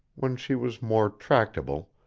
when she was more tractable,